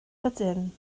ydyn